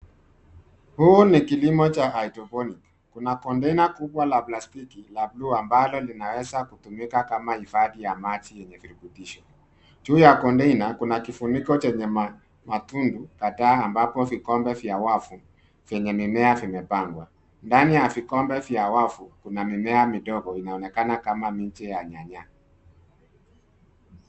Huu ni kilimo cha hydroponic . Kuna kontena kubwa la plastiki la bluu ambalo linaweza kutumika kama hifadhi ya maji yenye virutubisho. Juu ya kontena kuna kifuniko chenye matundu kadhaa ambapo vikombe vya wavu vyenye mimea vimepandwa. Ndani ya vikombe vya wavu kuna mimea midogo inaonekana kama miche ya nyanya.